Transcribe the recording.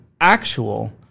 actual